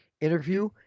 interview